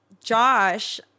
Josh